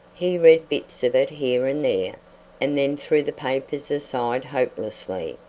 he read bits of it here and there and then threw the papers aside hopelessly.